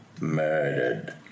murdered